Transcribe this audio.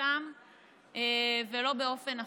כפשוטם ולא באופן אחר.